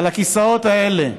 על הכיסאות האלה,